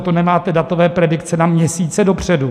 To nemáte datové predikce na měsíce dopředu?